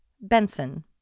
Benson